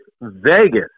Vegas